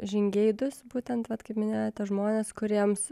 žingeidūs būtent vat kaip minėjote žmonės kuriems